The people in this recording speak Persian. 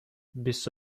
بیست